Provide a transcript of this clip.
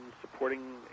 supporting